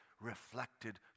reflected